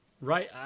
Right